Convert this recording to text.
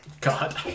God